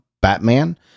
Batman